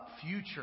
future